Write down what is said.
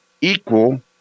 equal